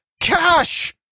cash